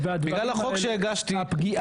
בגלל החוק שהגשתם.